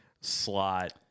slot